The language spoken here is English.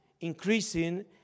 increasing